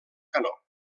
canó